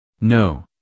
No